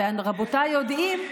ורבותיי יודעים,